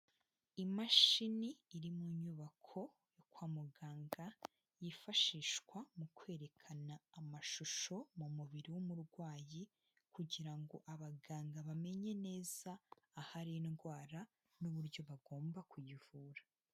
Imashini iri mu nyubako yo kwa muganga, yifashishwa mu kwerekana amashusho mu mubiri w'umurwayi kugira ngo abaganga bamenye neza ahari indwara n'uburyo bagomba kuyivura.